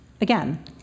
again